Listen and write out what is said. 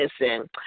listen